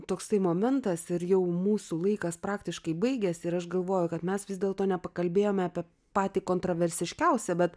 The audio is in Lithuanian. toksai momentas ir jau mūsų laikas praktiškai baigėsi ir aš galvoju kad mes vis dėlto nepakalbėjome apie patį kontroversiškiausią bet